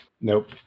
Nope